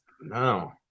No